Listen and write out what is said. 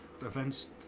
events